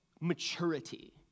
maturity